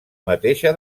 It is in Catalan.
mateixa